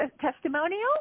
testimonial